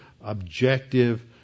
objective